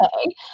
okay